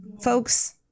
folks